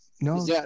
no